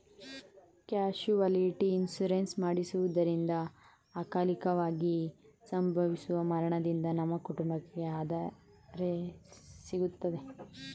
casualty insurance ಮಾಡಿಸುವುದರಿಂದ ಅಕಾಲಿಕವಾಗಿ ಸಂಭವಿಸುವ ಮರಣದಿಂದ ನಮ್ಮ ಕುಟುಂಬಕ್ಕೆ ಆದರೆ ಸಿಗುತ್ತದೆ